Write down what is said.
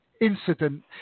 incident